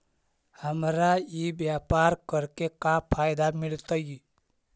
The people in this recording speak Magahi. हमरा ई व्यापार करके का फायदा मिलतइ?